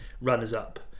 runners-up